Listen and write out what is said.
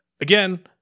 again